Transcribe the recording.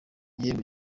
igihembo